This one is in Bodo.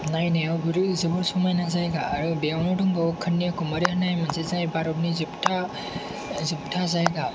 नायनायावबो जोबोद समायना जायगा आरो बेयाव दंबावो कन्याकुमारि होनाय मोनसे जाय भारतनि जोबथा जायगा